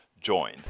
join